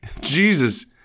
Jesus